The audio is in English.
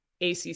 ACC